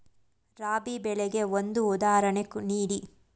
ರಾಬಿ ಬೆಳೆಗೆ ಒಂದು ಉದಾಹರಣೆ ನೀಡಿ